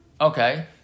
Okay